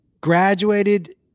graduated